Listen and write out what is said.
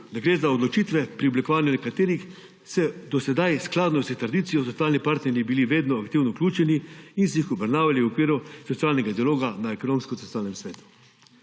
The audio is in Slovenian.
da gre za odločitve, pri oblikovanju katerih so do sedaj, skladno s tradicijo, socialni partnerji bili vedno aktivno vključeni in so jih obravnavali v okviru socialnega dialoga na Ekonomsko-socialnem svetu.